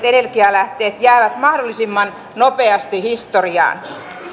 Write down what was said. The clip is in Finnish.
energialähteet jäävät mahdollisimman nopeasti historiaan